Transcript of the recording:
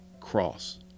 cross